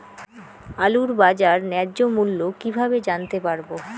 আলুর বাজার ন্যায্য মূল্য কিভাবে জানতে পারবো?